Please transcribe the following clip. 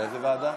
לוועדת החינוך,